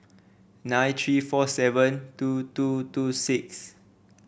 nine three four seven two two two six